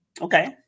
okay